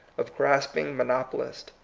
of grasping monopolists,